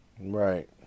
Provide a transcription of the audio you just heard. Right